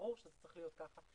וברור שזה צריך להיות ככה.